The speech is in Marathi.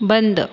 बंद